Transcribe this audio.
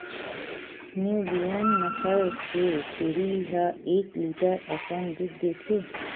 Nubian नसल के छेरी ह एक लीटर असन दूद देथे